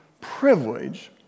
privilege